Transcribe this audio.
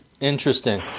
Interesting